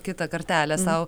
kitą kartelę sau